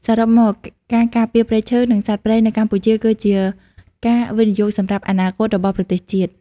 សរុបមក ការការពារព្រៃឈើ និងសត្វព្រៃនៅកម្ពុជាគឺជាការវិនិយោគសម្រាប់អនាគតរបស់ប្រទេសជាតិ។